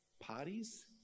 parties